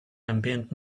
ambient